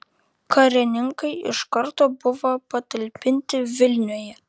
karininkai iš karto buvo patalpinti vilniuje